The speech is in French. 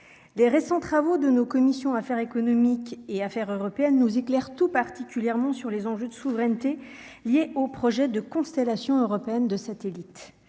les récents travaux de nos commissions Affaires économiques et affaires européennes nous éclaire tout particulièrement sur les enjeux de souveraineté liés au projet de constellation européenne de satellites,